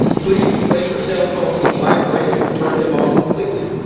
please place your cell phones on vibrate or turn them off completely.